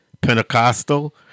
Pentecostal